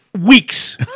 Weeks